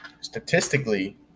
Statistically